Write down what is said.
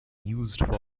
used